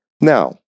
Now